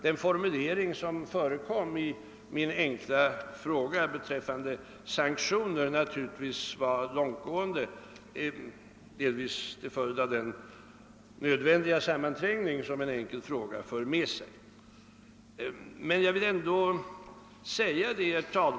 Den formulering som min enkla fråga fick beträffande sanktioner är ju långtgående, delvis till följd av den nödvändiga sammanträngning som måste göras i en enkel fråga.